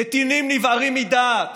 נתינים נבערים מדעת.